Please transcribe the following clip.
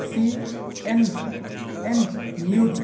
C N N news